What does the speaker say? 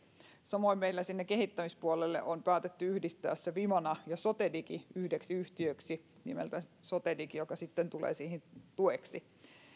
samoin meillä sinne kehittämispuolelle on päätetty yhdistää se vimana ja sotedigi yhdeksi yhtiöksi nimeltään sotedigi joka sitten tulee siihen tueksi